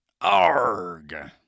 Arg